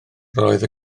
roedd